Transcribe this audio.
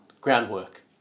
Groundwork